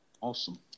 Awesome